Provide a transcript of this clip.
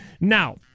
Now